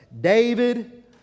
david